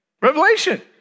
Revelation